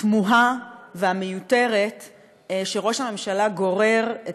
התמוהה והמיותרת שראש הממשלה גורר את